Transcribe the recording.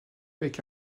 avec